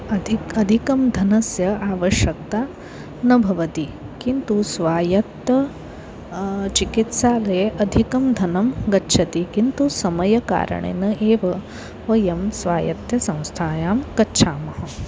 अधिकम् अधिकं धनस्य आवश्यक्ता न भवति किन्तु स्वायत्त चिकित्सालये अधिकं धनं गच्छति किन्तु समयकारणेन एव वयं स्वायत्तसंस्थायां गच्छामः